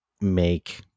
make